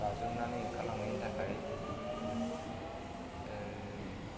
बाज्रुमनानै ओंखार लांनायनि थाखाय